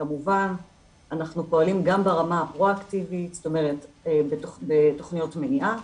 כמובן אנחנו פועלים גם ברמה הפרואקטיבית בתוכניות מניעה,